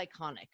iconic